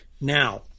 Now